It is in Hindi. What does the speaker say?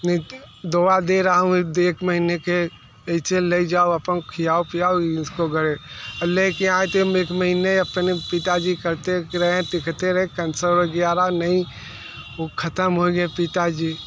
मैं एक दवा दे रहा हूँ दो एक महीने के इसे ले जाओ अपन खिलाओ पिलाओ इसको घर ले के आएँ थे हम एक महीने अपने पिता जी करते क रहें देखते रहें कैंसर वग़ैरह नहीं वो ख़त्म हो गए पिता जी